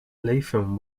latham